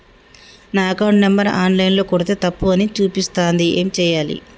నా account number online ల కొడ్తే తప్పు అని చూపిస్తాంది ఏం చేయాలి?